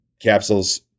capsules